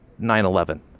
9-11